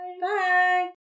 Bye